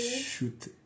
shoot